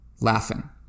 Laughing